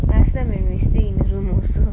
last time when we stay in room also